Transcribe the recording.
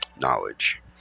knowledge